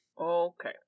Okay